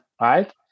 Right